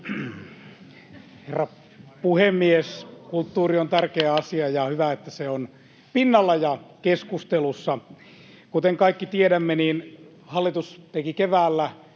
— Puhemies koputtaa] ja on hyvä, että se on pinnalla ja keskustelussa. Kuten kaikki tiedämme, hallitus teki keväällä